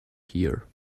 here